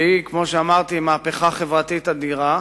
שכמו שאמרתי היא מהפכה חברתית אדירה,